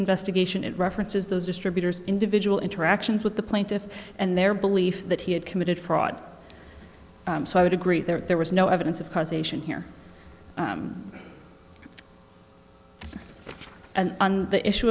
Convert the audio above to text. investigation it references those distributors individual interactions with the plaintiffs and their belief that he had committed fraud so i would agree that there was no evidence of causation here and on the issue